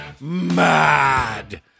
mad